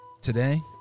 Today